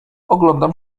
oglądam